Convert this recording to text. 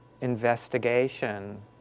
investigation